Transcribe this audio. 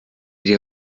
die